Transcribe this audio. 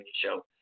Show